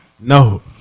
No